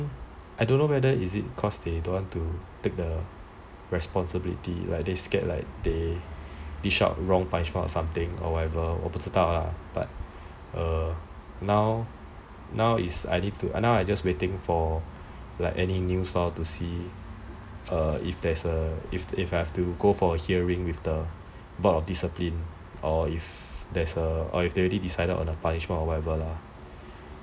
I don't know whether is they don't want to take the responsibility like they scared that they dish out wrong punishment or something or whatever 我不知道 lah but now is I need now I just waiting for like any news to see err if I have to go for a hearing with the board of discipline or if they already decided on a punishment or whatever lah